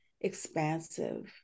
expansive